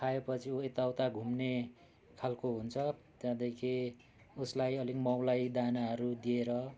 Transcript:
खाए पछि उ यता उता घुम्ने खालको हुन्छ त्यहाँदेखि उसलाई अलिक माउलाई दानाहरू दिएर